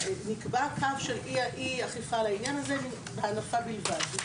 נקבע קו של אי אכיפה בעניין הזה להנפה בלבד.